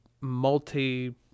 multi